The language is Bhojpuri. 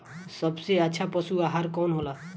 सबसे अच्छा पशु आहार कवन हो ला?